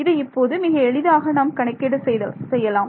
இதை இப்போது மிக எளிதாக நாம் கணக்கீடு செய்யலாம்